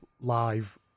live